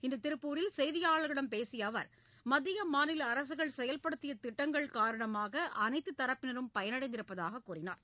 இன்று திருப்பூரில் செய்தியாளர்களிடம் பேசிய அவர் மத்திய மாநில அரசுகள் செயல்படுத்திய திட்டங்கள் காரணமாக அனைத்துத் தரப்பினரும் பயனடைந்திருப்பதாக கூறினார்